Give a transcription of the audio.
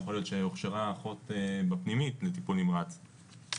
יכול להיות שהוכשרה אחות בפנימית לטיפול נמרץ,